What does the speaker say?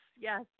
yes